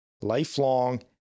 lifelong